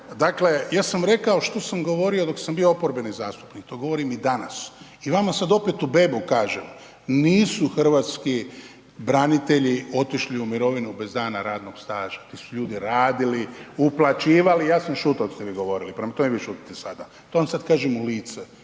Dakle, ja sam rekao što sam govorio dok sam bio oporbeni zastupnik, to govorim i danas. I vama sada opet u bebu kažem, nisu hrvatski branitelji otišli u mirovinu bez dana radnog staža. Ti su ljudi radili, uplaćivali i ja sam šutio dok ste vi govorili, prema tome šutite i vi sada. To vam sada kažem u lice